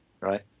right